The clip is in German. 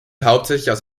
hauptsächlich